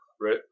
right